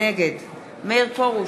נגד מאיר פרוש,